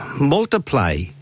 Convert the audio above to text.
multiply